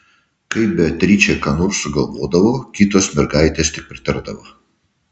kai beatričė ką nors sugalvodavo kitos mergaitės tik pritardavo